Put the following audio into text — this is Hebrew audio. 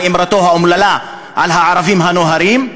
על אמירתו האומללה על הערבים הנוהרים.